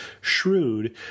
shrewd